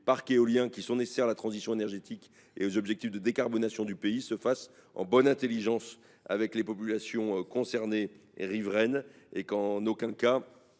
parcs éoliens, qui sont nécessaires à la transition énergétique et aux objectifs de décarbonation du pays, se fasse en bonne intelligence avec les populations riveraines. Celles ci ne doivent en aucun cas